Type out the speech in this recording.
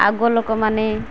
ଆଗ ଲୋକମାନେ